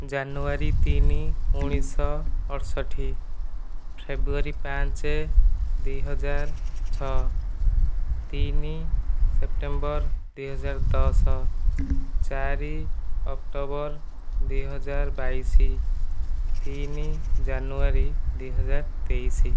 ଜାନୁଆରୀ ତିନି ଉଣେଇଶହ ଅଠଷଠି ଫେବୃଆରୀ ପାଞ୍ଚ ଦୁଇ ହଜାର ଛ' ତିନି ସେପ୍ଟେମ୍ବର ଦୁଇ ହଜାର ଦଶ ଚାରି ଅକ୍ଟୋବର ଦୁଇ ହଜାର ବାଇଶ ତିନି ଜାନୁଆରୀ ଦୁଇ ହଜାର ତେଇଶ